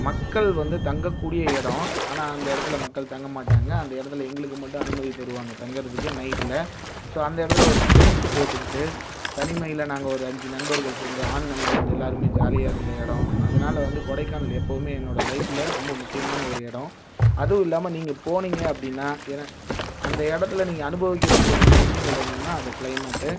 மக்கள் வந்து தங்கக்கூடிய இடம் ஆனால் அந்த இடத்துல மக்கள் தங்க மாட்டாங்க அந்த இடத்துல எங்களுக்கு மட்டும் அனுமதி தருவாங்க தங்குறதுக்கு நைட்டில் ஸோ அந்த இடத்துல ஒரு டென்ட் போட்டுக்கிட்டு தனிமையில் நாங்கள் ஒரு அஞ்சு நண்பர்கள் சேர்ந்து ஆண் நண்பர்கள் எல்லோருமே ஜாலியாக இருந்த இடம் அதனால் வந்து கொடைக்கானல் எப்போதுமே என்னோடய லைஃப்பில் ரொம்ப முக்கியமான ஒரு இடம் அதுவும் இல்லாமல் நீங்கள் போனீங்க அப்படின்னா அந்த இடத்துல நீங்கள் அனுபவிக்க வேண்டிய ரெண்டு விஷயங்கள் என்னென்னா அந்தக் கிளைமேட்டு